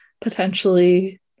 potentially